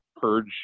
purge